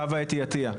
חוה אתי עטייה,